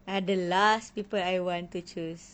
are the last people I want to choose